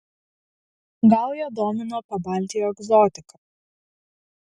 gal ją domino pabaltijo egzotika